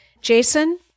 Jason